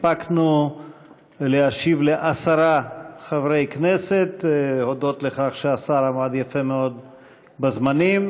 הספקנו להשיב לעשרה חברי כנסת הודות לכך שהשר עמד יפה מאוד בזמנים,